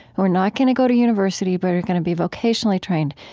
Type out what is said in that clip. who are not going to go to university but are going to be vocationally trained,